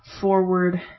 forward